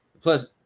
Plus